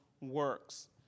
works